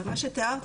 מה שאת תיארת,